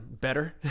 better